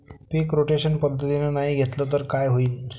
पीक rotation पद्धतीनं नाही घेतलं तर काय होईन?